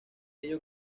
ello